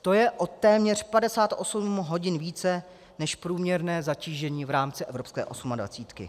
To je o téměř 58 hodin více než průměrné zatížení v rámci evropské osmadvacítky.